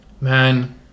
man